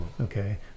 Okay